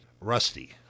Rusty